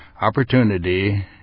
opportunity